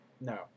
No